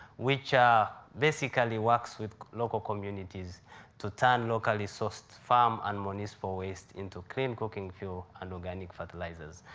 which basically works with local communities to turn locally sourced farm and municipal waste into clean cooking fuel and organic fertilizers,